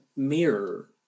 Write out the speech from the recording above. mirror